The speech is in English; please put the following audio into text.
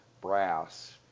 brass